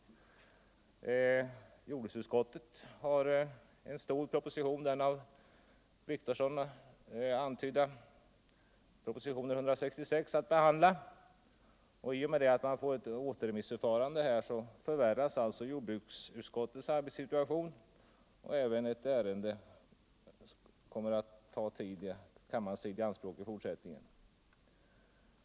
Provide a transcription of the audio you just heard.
Jordbruksutskottet har en stor proposition — den av herr Wictorsson antydda propositionen 166 — att behandla. Ett återremissförfarande innebär att jordbruksutskottets arbetssituation förvärras och att ärendet kommer att ta även kammarens tid i anspråk ytterligare en gång.